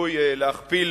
שצפוי כי יכפיל